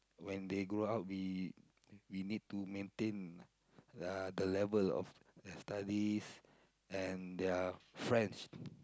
when they grow up we we need to maintain uh the level of their studies and their friends